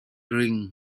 drink